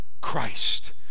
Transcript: Christ